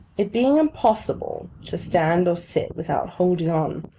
it being impossible to stand or sit without holding on,